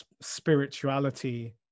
spirituality